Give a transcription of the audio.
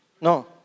No